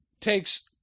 takes